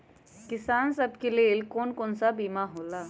किसान सब के लेल कौन कौन सा बीमा होला?